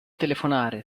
telefonare